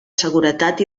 seguretat